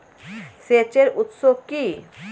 সেচের উৎস কি?